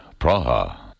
Praha